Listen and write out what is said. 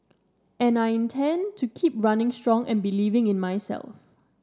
and I intend to keep running strong and believing in myself